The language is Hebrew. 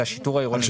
זה השיטור העירוני.